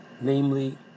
namely